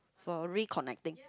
for reconnecting